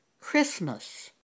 Christmas